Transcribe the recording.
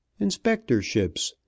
inspectorships